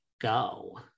go